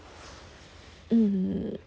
mm